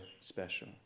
special